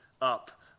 up